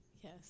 Yes